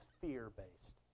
fear-based